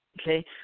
Okay